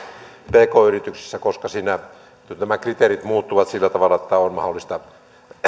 pk yrityksissä koska siinä nyt nämä kriteerit muuttuvat sillä tavalla että on mahdollista tuottaa